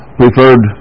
preferred